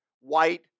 white